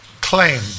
claim